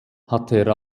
hatte